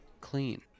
clean